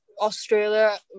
Australia